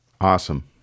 Awesome